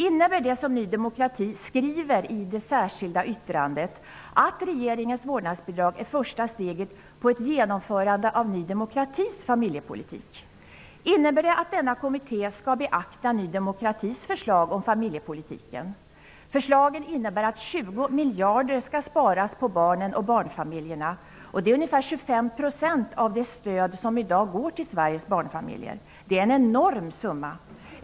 Innebär det som Ny demokrati skriver i det särskilda yttrandet att regeringens vårdnadsbidrag är första steget på ett genomförande av Ny demokratis familjepolitik? Innebär det att kommittén skall beakta Ny demokratis förslag om familjepolitiken? Förslagen innebär att 20 miljarder skall sparas på barnen och barnfamiljerna. Det är ungefär 25 % av det stöd som i dag går till Sveriges barnfamiljer. Det är en enorm summa.